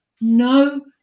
no